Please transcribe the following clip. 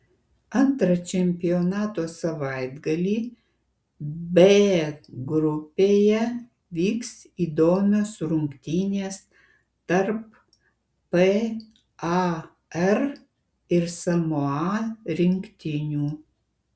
antrą čempionato savaitgalį b grupėje vyks įdomios rungtynės tarp par ir samoa rinktinių